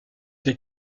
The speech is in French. des